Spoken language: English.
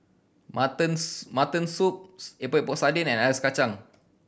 mutton mutton soup Epok Epok Sardin and ice kacang